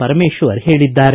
ಪರಮೇಶ್ವರ್ ಹೇಳಿದ್ದಾರೆ